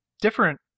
different